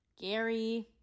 Gary